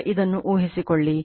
ಈಗ ಇದನ್ನು ಊಹಿಸಿಕೊಳ್ಳಿ